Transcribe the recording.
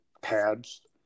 pads